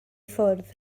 ffwrdd